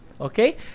okay